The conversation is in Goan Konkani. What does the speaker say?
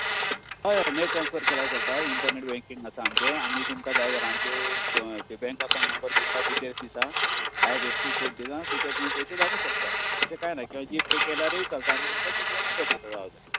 हय हय नेट ट्रान्सफर केल्यार जाता इंटरनेट बँकिंग आसा आमचें आमी तुमकां जाय जाल्यार आमच्या बँकाचो नंबर दितां डिटेल्स दितां आयएफएससी कोड दितां ताचेर तुमी पयशे धाडूं शकता तशें कांंय ना आनी जीपे केल्यारूय चलता आमी तुमकां दुसरो नंबर दिता जाय जाल्यार